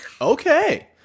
Okay